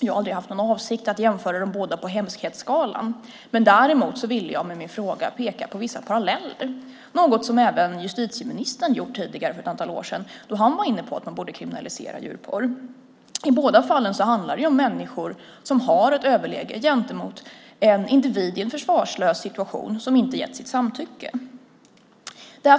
Jag har aldrig haft någon avsikt att jämföra de båda på hemskhetsskalan. Däremot ville jag med min fråga peka på vissa paralleller, något som även dåvarande justitieministern gjorde för ett antal år sedan, då han var inne på att man borde kriminalisera djurporr. I båda fallen handlar det om människor som har ett överläge gentemot en individ i en försvarslös situation som inte gett sitt samtycke.